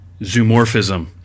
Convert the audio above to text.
zoomorphism